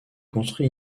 construit